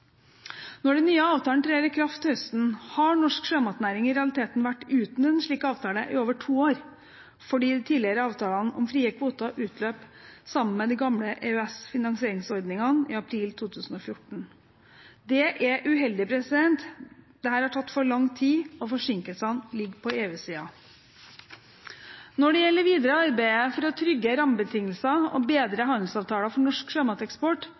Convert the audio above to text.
Når den nye avtalen trer i kraft til høsten, har norsk sjømatnæring i realiteten vært uten en slik avtale i over to år, fordi de tidligere avtalene om frie kvoter utløp sammen med de gamle EØS-finansieringsordningene i april 2014. Det er uheldig. Dette har tatt for lang tid, og forsinkelsene ligger på EU-siden. Når det gjelder det videre arbeidet for å trygge rammebetingelser og bedre handelsavtaler for norsk sjømateksport,